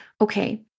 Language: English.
okay